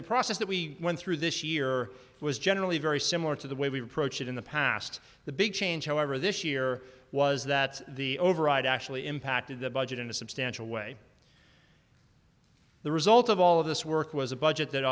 the process that we went through this year was generally very similar to the way we approach it in the past the big change however this year was that the override actually impacted the budget in a substantial way the result of all of this work was a budget that